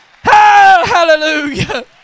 hallelujah